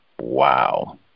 Wow